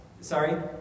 sorry